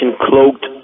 cloaked